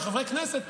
כחברי כנסת,